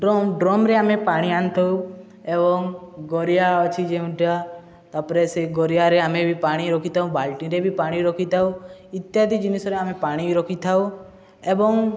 drum ଡ୍ରମ୍ରେ ଆମେ ପାଣି ଆଣିଥାଉ ଏବଂ ଗରିଆ ଅଛି ଯେଉଁଟଆ ତା'ପରେ ସେ ଗରିଆରେ ଆମେ ବି ପାଣି ରଖିଥାଉ ବାଲ୍ଟିରେ ବି ପାଣି ରଖିଥାଉ ଇତ୍ୟାଦି ଜିନିଷରେ ଆମେ ପାଣି ରଖିଥାଉ ଏବଂ